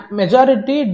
majority